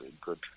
good